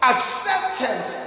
Acceptance